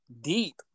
deep